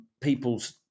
people's